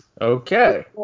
Okay